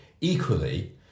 Equally